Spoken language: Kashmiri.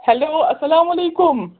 ہیٚلو اَسلامُ علیکُم